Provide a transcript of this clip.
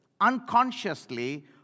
unconsciously